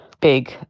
big